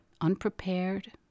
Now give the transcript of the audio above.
Unprepared